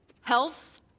health